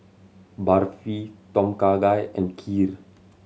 Barfi Tom Kha Gai and Kheer